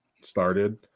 started